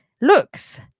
looks